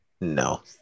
No